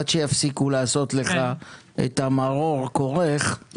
עד שיפסיקו לעשות לך את המרור כורך,